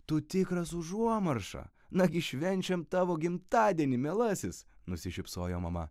tu tikras užuomarša nagi švenčiam tavo gimtadienį mielasis nusišypsojo mama